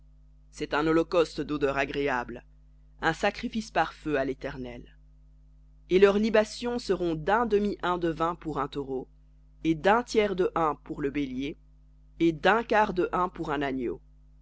un holocauste d'odeur agréable un sacrifice par feu à léternel et leurs libations seront d'un demi hin de vin pour un taureau et d'un tiers de hin pour le bélier et d'un quart de hin pour un agneau